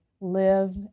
live